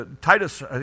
Titus